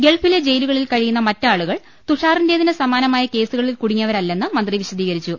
ഗൾഫിലെ ജയിലുകളിൽ ക്ഴിയുന്ന മറ്റാളുകൾ തുഷാറിന്റേതിന് സമാനമായ കേസുകളിൽ കുടുങ്ങിയവരല്ലെന്ന് മന്ത്രി വിശദീകരിച്ചു